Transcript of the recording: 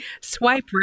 Swipe